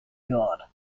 god